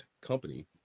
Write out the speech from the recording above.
company